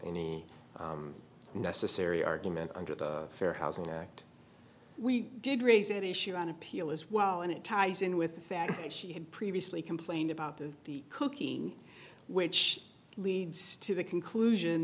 any necessary argument under the fair housing act we did raise an issue on appeal as well and it ties in with that i think she had previously complained about the the cooking which leads to the conclusion